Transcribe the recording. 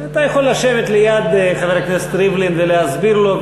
אתה יכול לשבת ליד חבר הכנסת ריבלין ולהסביר לו.